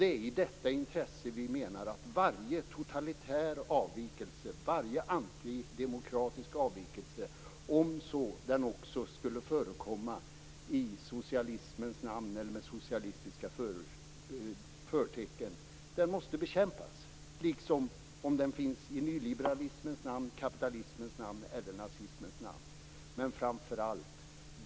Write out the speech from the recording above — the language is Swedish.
Det är i detta intresse vi menar att varje totalitär avvikelse, varje antidemokratisk, om så den skulle förekomma i socialismens namn eller med socialistiska förtecken, måste bekämpas. Det gäller även om den finns i nyliberalismens namn, kapitalismens namn eller nazismens namn.